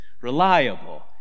reliable